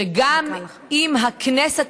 שגם אם הכנסת